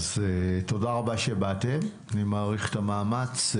אז תודה רבה שבאתם, אני מעריך את המאמץ.